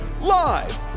live